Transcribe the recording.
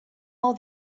all